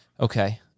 Okay